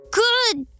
good